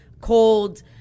cold